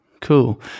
cool